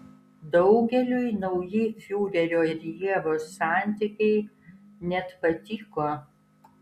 daugeliui nauji fiurerio ir ievos santykiai net patiko